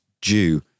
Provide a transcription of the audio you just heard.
due